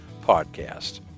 podcast